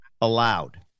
allowed